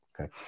okay